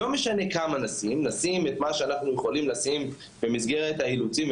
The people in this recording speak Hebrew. לא משנה כמה לשים לשים את מה שאנחנו יכולים לשים במסגרת האילוצים,